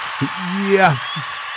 Yes